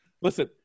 Listen